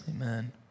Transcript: Amen